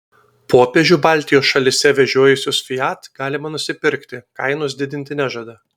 popiežių baltijos šalyse vežiojusius fiat galima nusipirkti kainos didinti nežada